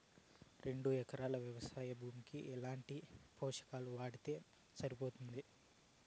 రెండు ఎకరాలు వ్వవసాయ భూమికి ఎట్లాంటి పోషకాలు వాడితే సరిపోతుంది?